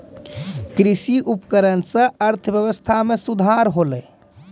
कृषि उपकरण सें अर्थव्यवस्था में सुधार होलय